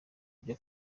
ibyo